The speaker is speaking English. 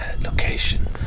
location